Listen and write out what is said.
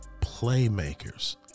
playmakers